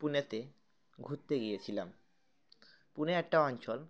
পুনেতে ঘুরতে গিয়েছিলাম পুনে একটা অঞ্চল